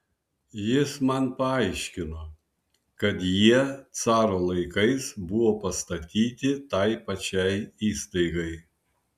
jis man paaiškino kad jie caro laikais buvo pastatyti tai pačiai įstaigai